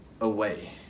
away